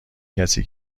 کسی